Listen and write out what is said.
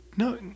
No